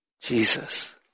Jesus